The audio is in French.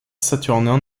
saturnin